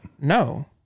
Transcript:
No